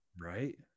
Right